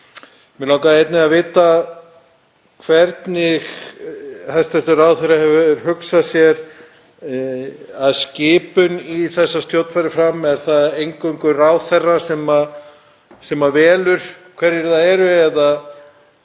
Mig langaði einnig að vita hvernig hæstv. ráðherra hefur hugsað sér að skipun í þessa stjórn fari fram. Er það eingöngu ráðherra sem velur hverjir það eru eða